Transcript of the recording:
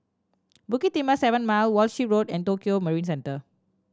Bukit Timah Seven Mile Walshe Road and Tokio Marine Centre